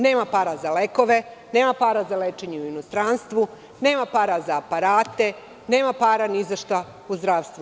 Nema para za lekove, nema para za lečenje u inostranstvu, nema para za aparate, nema para ni za šta u zdravstvu.